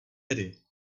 tedy